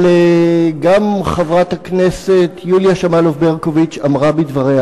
אבל גם חברת הכנסת יוליה שמאלוב-ברקוביץ אמרה בדבריה